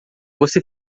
você